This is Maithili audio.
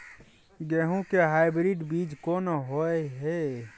गेहूं के हाइब्रिड बीज कोन होय है?